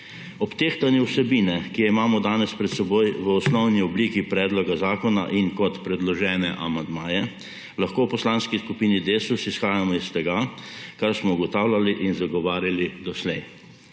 Ob tehtanju vsebine, ki jo imamo danes pred seboj v osnovni obliki predloga zakona in kot predložene amandmaje, lahko v Poslanski skupini Desus izhajamo iz tega, kar smo ugotavljali in zagovarjali doslej.